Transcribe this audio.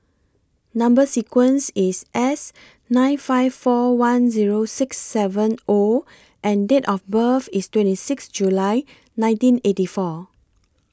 Number sequence IS S nine five four one Zero six seven O and Date of birth IS twenty six July nineteen eighty four